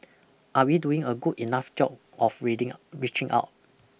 are we doing a good enough job of reading reaching out